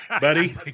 Buddy